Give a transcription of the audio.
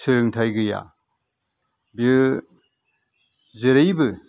सोलोंथाइ गैया बियो जेरैबो